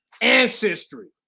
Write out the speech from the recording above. ancestry